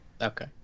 Okay